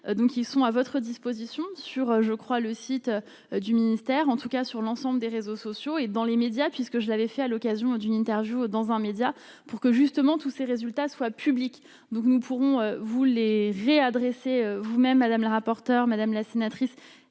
donc ils sont à votre disposition sur, je crois, le site du ministère, en tout cas sur l'ensemble des réseaux sociaux et dans les médias puisque je l'avais fait à l'occasion d'une interview dans un média pour que justement tous ces résultats soient publiques donc nous pourrons vous les avez adressé, vous-même madame le rapporteur, madame la sénatrice